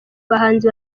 bahanzi